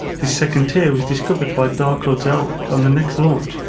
this second tier was discovered by darklord xelrick on the next launch,